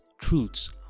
truths